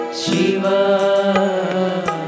Shiva